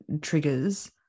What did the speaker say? triggers